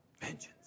Vengeance